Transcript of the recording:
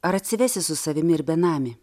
ar atsivesi su savimi ir benamį